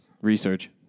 research